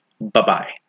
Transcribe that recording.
Bye-bye